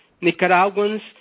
Nicaraguans